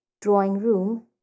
drawing-room